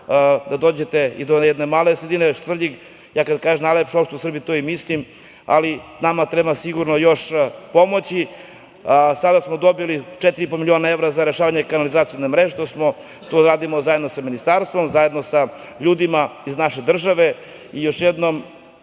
da dođete do jedne male sredine, Svrljig, a ja kada kažem najlepša opština u Srbiji, to zaista i mislim, ali nama treba sigurno još pomoći. Sada smo dobili četiri i po miliona evra za rešavanje kanalizacione mreže i to radimo zajedno sa ministarstvom, zajedno sa ljudima iz naše države. Još jednom